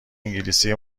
انگلیسی